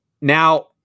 Now